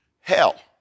hell